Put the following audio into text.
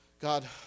God